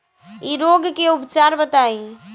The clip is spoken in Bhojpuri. इ रोग के उपचार बताई?